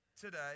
today